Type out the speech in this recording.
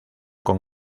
con